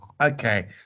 okay